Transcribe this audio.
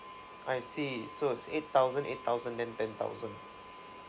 I see so it's eight thousand eight thousand then ten thousand